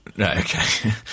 Okay